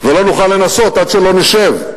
ולא נוכל לנסות עד שלא נשב,